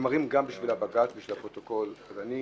נאמרים גם בשביל הבג"ץ, בשביל הפרוטוקול, אז אני